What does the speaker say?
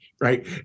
right